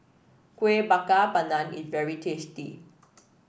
Kueh Bakar Pandan is very tasty